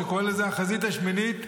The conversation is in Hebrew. שקורא לזה החזית השמינית,